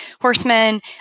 horsemen